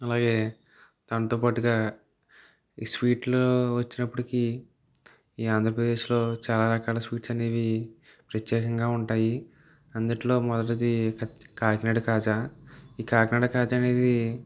అలాగే దానితో పాటు ఈ స్వీట్లు వచ్చేటప్పటికి ఈ ఆంధ్రప్రదేశ్లో చాలా రకాల స్వీట్స్ అనేవి ప్రత్యేకంగా ఉంటాయి అందులో మొదటిది కాకినాడ కాజా ఈ కాకినాడ కాజా అనేది